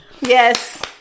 Yes